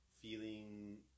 feeling